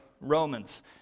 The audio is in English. Romans